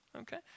Okay